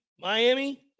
Miami